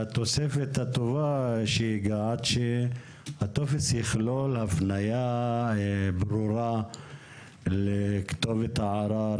והתוספת הטובה שהטופס יכלול הפניה ברורה לכתובת הערר,